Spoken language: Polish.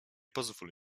pozwól